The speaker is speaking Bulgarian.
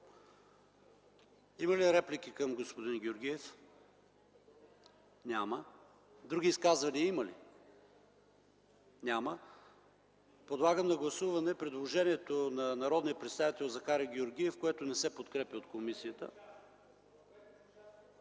Има ли реплики към господин Георгиев? Няма. Има ли други изказвания? Няма. Подлагам на гласуване предложението на народния представител Захари Георгиев, което не се подкрепя от комисията.